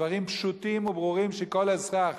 דברים פשוטים וברורים, שכל אזרח